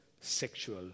sexual